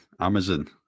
Amazon